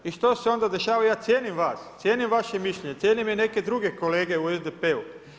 I što se onda dešava, ja cijenim vas, cijenim vaše mišljenje, cijenim i neke druge kolege u SDP-u.